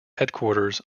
headquarters